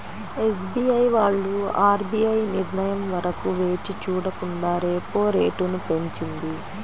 SBI వాళ్ళు RBI నిర్ణయం వరకు వేచి చూడకుండా రెపో రేటును పెంచింది